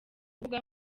rubuga